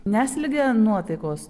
neslėgė nuotaikos